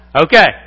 Okay